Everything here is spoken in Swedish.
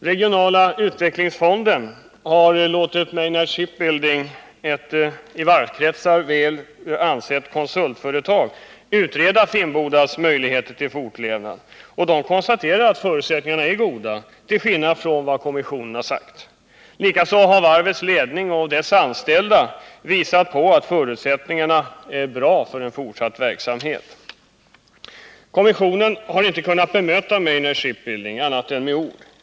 Regionala utvecklingsfonden har låtit Maynard Shipbuilding, ett i varvskretsar väl ansett konsultföretag, utreda Finnbodas möjligheter till fortlevnad. Maynard Shipbuilding konstaterar, till skillnad från vad kommissionen gjort, att förutsättningarna är goda. Likaså har varvets ledning och dess anställda visat på att förutsättningarna är bra för en fortsatt verksamhet. Kommissionen har inte kunnat bemöta Maynard Shipbuilding annat än med ord.